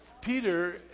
Peter